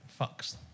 fucks